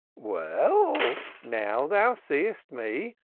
well, now thou seest me,